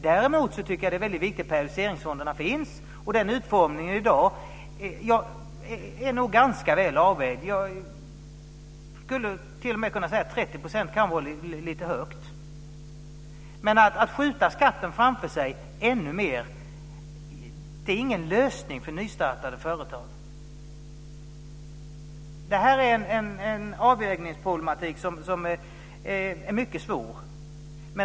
Däremot tycker jag att det är viktigt att periodiseringsfonderna finns. Utformningen i dag är nog ganska väl avvägd. Jag skulle t.o.m. kunna säga att 30 % kan vara lite högt. Men att skjuta skatten framför sig ännu mer är ingen lösning för nystartade företag. Detta är en avvägningsproblematik som är mycket svår.